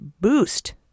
boost